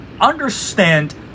understand